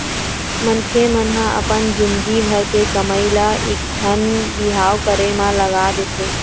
मनखे मन ह अपन जिनगी भर के कमई ल एकठन बिहाव करे म लगा देथे